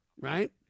Right